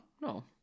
No